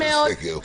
נכון מאוד.